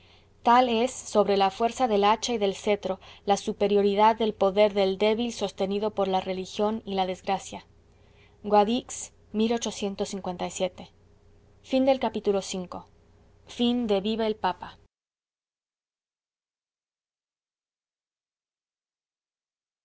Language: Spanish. tal es sobre la fuerza del hacha y del cetro la superioridad del poder del débil sostenido por la religión y la desgracia guadix